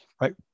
Right